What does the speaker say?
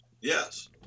Yes